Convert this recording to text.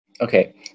okay